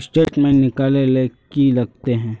Statement निकले ले की लगते है?